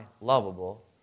lovable